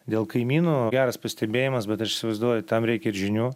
dėl kaimyno geras pastebėjimas bet aš įsivaizduoju tam reikia ir žinių